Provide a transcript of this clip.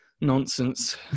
nonsense